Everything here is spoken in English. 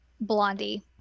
Blondie